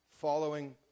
following